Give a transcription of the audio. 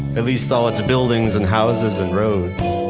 at least all its buildings and houses and roads.